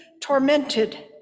tormented